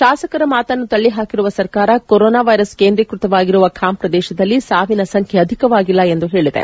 ಶಾಸಕರ ಮಾತನ್ನು ತಳ್ಳಿಪಾಕಿರುವ ಸರ್ಕಾರ ಕೊರೊನಾ ವೈರಸ್ ಕೇಂದ್ರೀಕೃತವಾಗಿರುವ ಖಾಮ್ ಪ್ರದೇಶದಲ್ಲಿ ಸಾವಿನ ಸಂಖ್ಯೆ ಅಧಿಕವಾಗಿಲ್ಲ ಎಂದು ಹೇಳಿದೆ